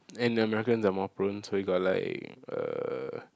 and the Americans are more prone so we got like uh